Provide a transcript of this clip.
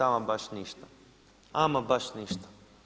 Ama baš ništa, ama baš ništa.